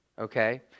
Okay